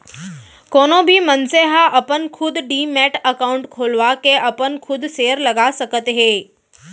कोनो भी मनसे ह अपन खुद डीमैट अकाउंड खोलवाके अपन खुद सेयर लगा सकत हे